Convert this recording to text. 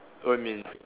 what you mean